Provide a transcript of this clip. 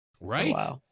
Right